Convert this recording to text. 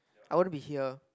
I want to be here